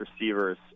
receivers